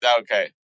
Okay